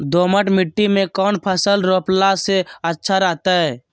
दोमट मिट्टी में कौन फसल रोपला से अच्छा रहतय?